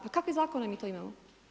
Pa kakve zakone mi to imamo?